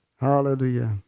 Hallelujah